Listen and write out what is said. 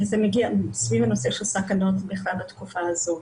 סביב הנושא של סכנות בכלל בתקופה הזאת.